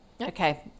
Okay